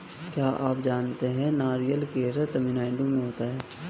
क्या आप जानते है नारियल केरल, तमिलनाडू में होता है?